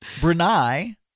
Brunei